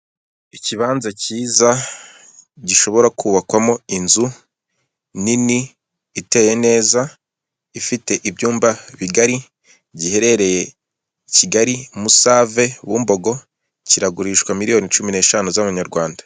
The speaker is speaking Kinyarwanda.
Ikibanza cyiza, gishobora kubakwamo inzu nini, iteye neza, ifite ibyumba bigari, giherereye Kigali, Musave, Bumbogo, kiragurishwa miliyoni cumi n'eshanu z'amanyarwanda.